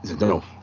no